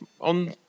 on